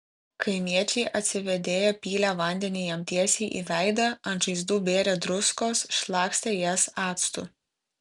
kaimiečiai atsivėdėję pylė vandenį jam tiesiai į veidą ant žaizdų bėrė druskos šlakstė jas actu